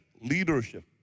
leadership